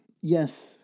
yes